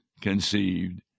conceived